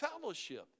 fellowship